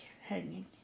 hanging